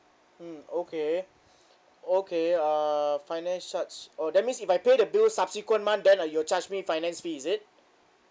mm okay okay uh finance charge oh that means if I pay the bill subsequent month then uh you'll charge me finance fee is it